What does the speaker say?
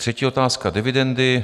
Třetí otázka: dividendy.